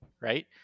right